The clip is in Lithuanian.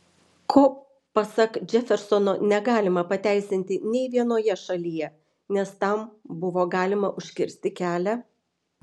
ko pasak džefersono negalima pateisinti nė vienoje šalyje nes tam buvo galima užkirsti kelią